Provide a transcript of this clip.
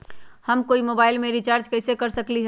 हम कोई मोबाईल में रिचार्ज कईसे कर सकली ह?